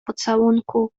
pocałunku